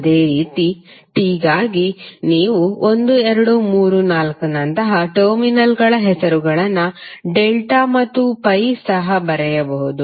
ಅದೇ ರೀತಿ T ಗಾಗಿ ನೀವು 1 2 3 4 ನಂತಹ ಟರ್ಮಿನಲ್ಗಳ ಹೆಸರುಗಳನ್ನು ಡೆಲ್ಟಾ ಮತ್ತು ಪೈಗೆ ಸಹ ಬರೆಯಬಹುದು